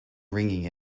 ringing